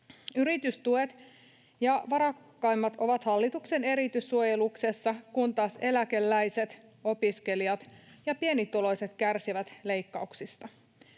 Yritystuet ja varakkaimmat ovat hallituksen erityissuojeluksessa, kun taas eläkeläiset, opiskelijat ja pienituloiset kärsivät leikkauksista.